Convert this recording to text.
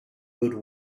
but